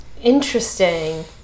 Interesting